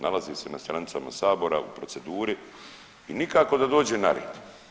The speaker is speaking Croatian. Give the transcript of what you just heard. Nalazi se na stranicama sabora u proceduri i nikako da dođe na red.